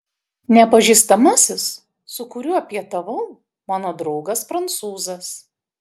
nepažįstamasis su kuriuo pietavau mano draugas prancūzas